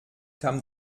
kam